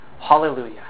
Hallelujah